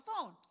phone